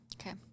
Okay